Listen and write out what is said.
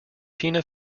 tina